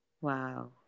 Wow